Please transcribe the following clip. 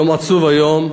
יום עצוב היום,